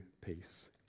peace